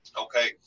okay